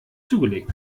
zugelegt